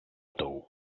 tou